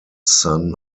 son